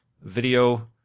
video